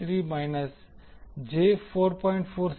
933 minus j 4